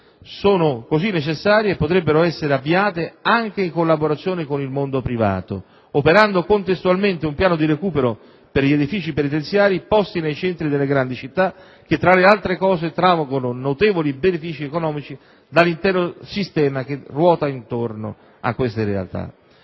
così necessarie potrebbero essere avviate anche in collaborazione con il mondo privato, operando contestualmente un piano di recupero per gli edifici penitenziari posti nei centri delle grandi città, che tra l'altro traggono notevoli benefici economici dall'intero sistema che ruota intorno a queste realtà.